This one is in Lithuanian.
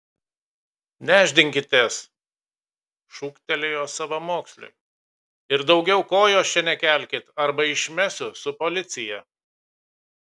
nešdinkitės šūktelėjo savamoksliui ir daugiau kojos čia nekelkit arba išmesiu su policija